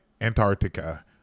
antarctica